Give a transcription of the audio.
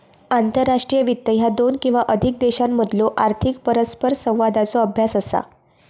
आंतरराष्ट्रीय वित्त ह्या दोन किंवा अधिक देशांमधलो आर्थिक परस्परसंवादाचो अभ्यास असा